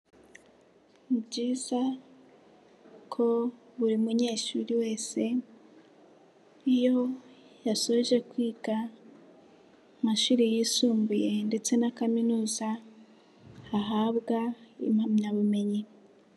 Ni byiza ko buri munyeshuri wese iyo yasoje kwiga mu mashuri yisumbuye ndetse na kaminuza ahabwa impamyabumenyi.